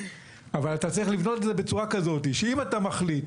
אבל אתה צריך לבנות את זה בצורה כזו שאם אתה מחליט